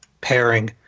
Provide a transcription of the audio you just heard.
pairing